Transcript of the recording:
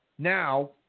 Now